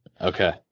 okay